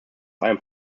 einem